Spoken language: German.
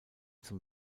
zum